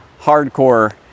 hardcore